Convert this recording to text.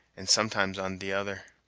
and sometimes on t'other.